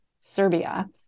Serbia